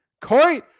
Corey